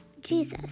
Jesus